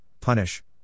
punish